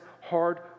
hard